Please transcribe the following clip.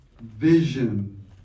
vision